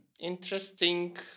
interesting